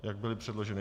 Jak byly předloženy.